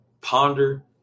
ponder